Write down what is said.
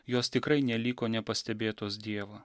jos tikrai neliko nepastebėtos dievo